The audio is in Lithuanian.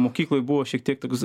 mokykloj buvo šiek tiek toks